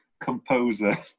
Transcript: composer